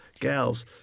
gals